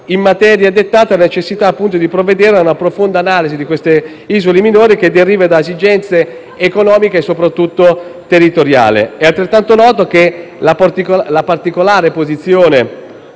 in materia, dettata dalla necessità di provvedere a una profonda analisi delle isole minori che deriva da esigenze economiche e soprattutto territoriali. È altrettanto nota la particolare posizione